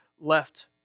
left